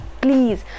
please